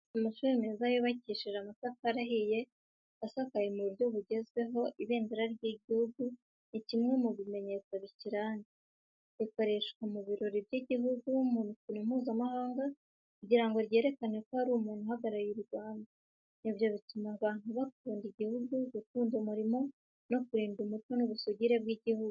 Amashuri meza yubakishije amatafari ahiye asakaye mu buryo bugezweho. Ibendera ry'igihugu ni kimwe mu bimenyetso bikiranga. Rikoreshwa mu birori by’igihugu, mu mikino Mpuzamahanga kugira ngo ryerekane ko hari umuntu uhagarariye u Rwanda. Ibyo bituma abantu bakunda igihugu, gukunda umurimo no kurinda umuco n’ubusugire bw’igihugu.